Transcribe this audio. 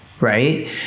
right